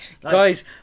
Guys